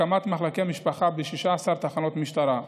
הקמת מחלקי משפחה ב-16 תחנות משטרה.